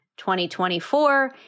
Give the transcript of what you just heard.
2024